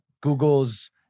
Google's